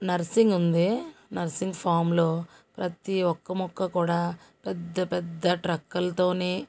nursing ఉంది nursing ఫామ్లో ప్రతి ఒక్క మొక్క కూడా పెద్ద పెద్ద ట్రక్కులతో